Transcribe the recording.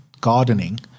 gardening